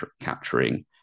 capturing